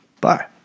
bye